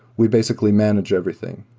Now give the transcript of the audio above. we basically manage everything.